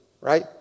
right